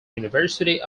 university